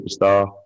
superstar